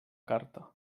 carta